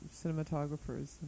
cinematographers